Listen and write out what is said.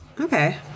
Okay